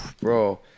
Bro